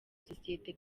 sosiyete